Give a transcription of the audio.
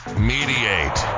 mediate